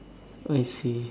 I see